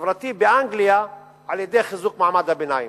החברתי באנגליה על-ידי חיזוק מעמד הביניים.